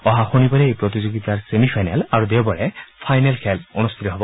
অহা শনিবাৰে এই প্ৰতিযোগিতাৰ ছেমিফাইনেল আৰু দেওবাৰে ফাইনেল খেল অনুষ্ঠিত হ'ব